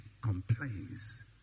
complains